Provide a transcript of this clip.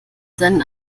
seinen